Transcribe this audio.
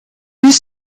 his